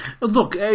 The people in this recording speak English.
Look